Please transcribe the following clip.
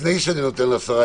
לפני שאני נותן לשרה,